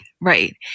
right